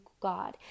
God